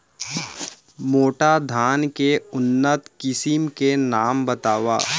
मोटा धान के उन्नत किसिम के नाम बतावव?